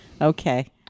okay